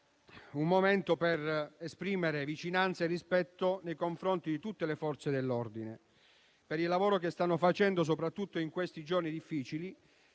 l'occasione per esprimere vicinanza e rispetto nei confronti di tutte le Forze dell'ordine, per il lavoro che stanno facendo soprattutto in questi giorni difficili;